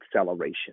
acceleration